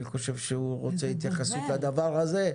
הוא רוצה התייחסות לדבר הזה.